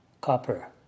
Copper